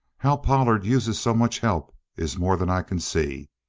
how pollard uses so much help is more'n i can see.